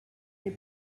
mais